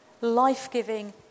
life-giving